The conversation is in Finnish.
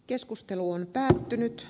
keskustelu on päättynyt